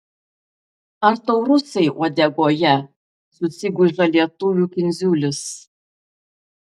ar tau rusai uodegoje susigūžia lietuvių kindziulis